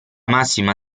massima